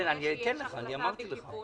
וכנראה שיש החלטה בכיוון,